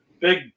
big